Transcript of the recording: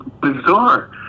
bizarre